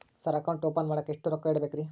Sir account open ಮಾಡಾಕ ಎಷ್ಟು ರೊಕ್ಕ ಇಡಬೇಕ್ರಿ?